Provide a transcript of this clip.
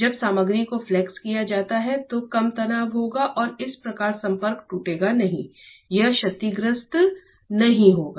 जब सामग्री को फ्लेक्स किया जाता है तो कम तनाव होगा और इस प्रकार संपर्क टूटेगा नहीं यह क्षतिग्रस्त नहीं होगा